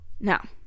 Now